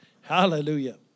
Hallelujah